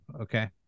okay